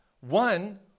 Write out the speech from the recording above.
one